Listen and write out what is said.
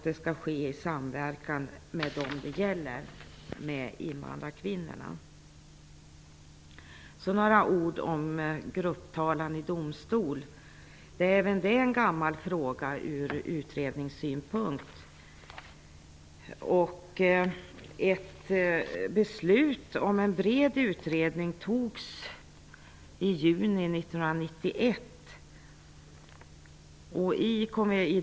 Det skall ske i samverkan med dem det gäller, nämligen invandrarkvinnorna. Jag tänker nämna några ord om grupptalan i domstol. Även den frågan är gammal från utredningssynpunkt. Ett beslut om en bred utredning fattades i juni 1991.